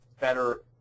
better